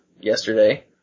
Yesterday